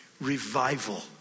revival